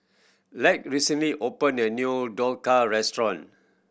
Lex recently opened a new Dhokla Restaurant